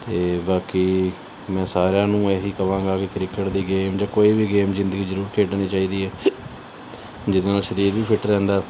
ਅਤੇ ਬਾਕੀ ਮੈਂ ਸਾਰਿਆਂ ਨੂੰ ਇਹੀ ਕਹਾਂਗਾ ਕਿ ਕ੍ਰਿਕਟ ਦੀ ਗੇਮ ਜਾਂ ਕੋਈ ਵੀ ਗੇਮ ਜ਼ਿੰਦਗੀ ਜ਼ਰੂਰ ਖੇਡਣੀ ਚਾਹੀਦੀ ਹੈ ਜਿਹਦੇ ਨਾਲ ਸਰੀਰ ਵੀ ਫਿਟ ਰਹਿੰਦਾ